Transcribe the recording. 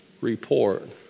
Report